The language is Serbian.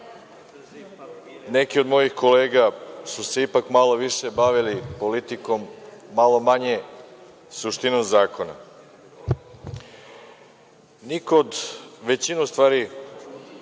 neki od mojih kolega su se ipak malo više bavili politikom, malo manje suštinom zakona. Niko, većina u stvari,